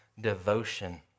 devotion